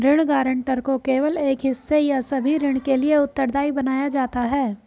ऋण गारंटर को केवल एक हिस्से या सभी ऋण के लिए उत्तरदायी बनाया जाता है